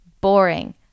boring